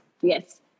Yes